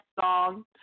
song